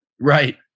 right